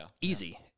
easy